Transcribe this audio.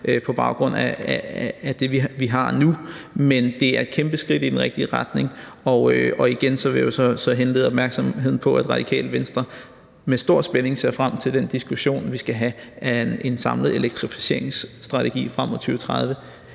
på baggrund af det, vi har nu, men det er et kæmpe skridt i den rigtige retning. Igen vil jeg henlede opmærksomheden på, at Radikale Venstre med stor spænding ser frem til den diskussion, vi skal have, af en samlet elektrificeringsstrategi frem mod 2030